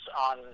on